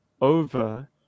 over